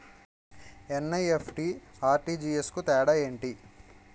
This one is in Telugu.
ఎన్.ఈ.ఎఫ్.టి, ఆర్.టి.జి.ఎస్ కు తేడా ఏంటి?